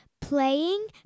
playing